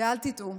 ואל תטעו,